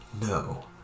no